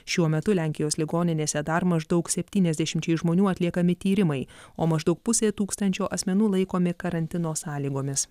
šiuo metu lenkijos ligoninėse dar maždaug septyniasdešimčiai žmonių atliekami tyrimai o maždaug pusė tūkstančio asmenų laikomi karantino sąlygomis